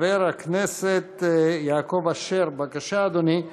חבר הכנסת יעקב אשר, בבקשה, אדוני.